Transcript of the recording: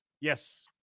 Yes